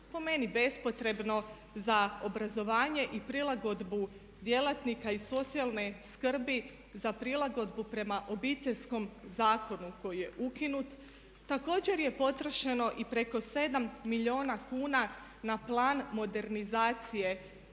po meni bespotrebno za obrazovanje i prilagodbu djelatnika iz socijalne skrbi za prilagodbu prema Obiteljskom zakonu koji je ukinut. Također je potrošeno i preko 7 milijuna kuna na Plan modernizacije